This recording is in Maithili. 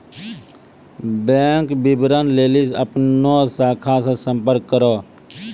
बैंक विबरण लेली अपनो शाखा से संपर्क करो